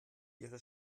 ihre